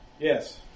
Yes